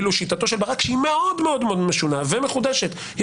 ואילו שיטתו של ברק שהיא מאוד מאוד משונה ומחודשת היא